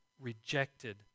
rejected